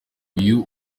uyu